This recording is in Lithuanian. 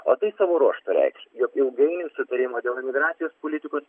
o tai savo ruožtu reikš jog ilgainiui sutarimo dėl imigracijos politikos